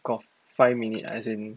got five minute ah as in